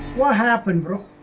what happened of